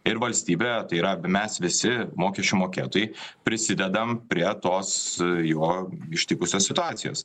ir valstybė tai yra mes visi mokesčių mokėtojai prisidedam prie tos jo ištikusios situacijos